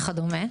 וכדומה.